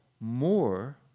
more